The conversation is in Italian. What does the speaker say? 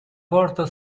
porta